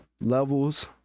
levels